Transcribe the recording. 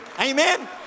amen